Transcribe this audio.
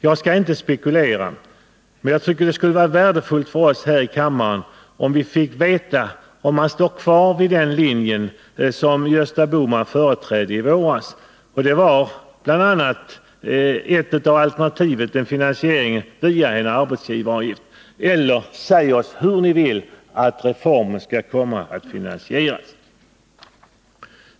Jag skall inte spekulera i det, men det vore värdefullt för oss här i kammaren om vi kunde få veta om moderaterna står kvar vid den linje som Gösta Bohman företrädde i våras. Ett av alternativen då var en finansiering via en arbetsgivaravgift. Eller hur vill ni att reformen skall finansieras?